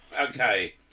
Okay